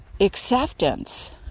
acceptance